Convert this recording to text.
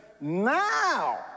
now